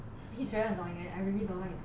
it's very annoying eh I really don't his character